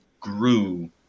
grew